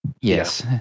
Yes